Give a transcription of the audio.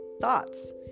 thoughts